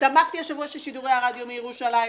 שמחתי השבוע שנשמעו שידורי הרדיו מירושלים.